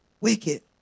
Wicked